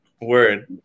word